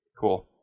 Cool